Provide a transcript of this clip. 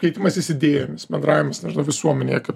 keitimasis idėjomis bendravimas nežinau visuomenėje kaip